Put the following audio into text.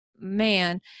man